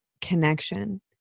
connection